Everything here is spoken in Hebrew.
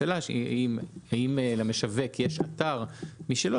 השאלה שלי היא אם למשווק יש אתר משלו,